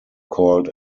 called